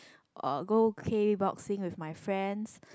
uh go Kboxing with my friends